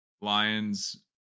Lions